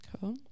Cool